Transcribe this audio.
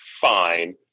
fine